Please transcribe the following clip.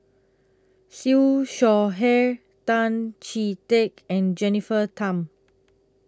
Siew Shaw Her Tan Chee Teck and Jennifer Tham